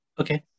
Okay